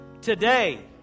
Today